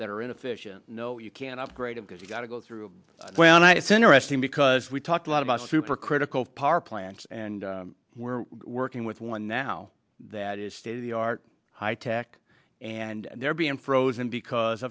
that are inefficient no you can't upgrade it because you've got to go through when i it's interesting because we talked a lot about super critical power plants and we're working with one now that is state of the art high tech and they're being frozen because